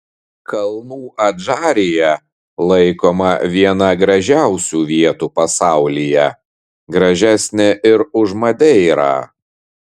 kalnų adžarija laikoma viena gražiausių vietų pasaulyje gražesnė ir už madeirą